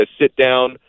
sit-down